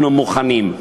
אנחנו מוכנים.